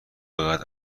باید